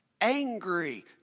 angry